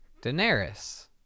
Daenerys